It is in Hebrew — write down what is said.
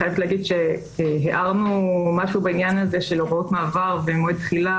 אני חייבת להגיד שהערנו משהו בעניין הזה של הוראות מעבר ומועד תחילה